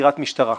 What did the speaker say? בחקירת משטרה.